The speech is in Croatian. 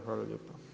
Hvala lijepa.